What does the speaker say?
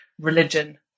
religion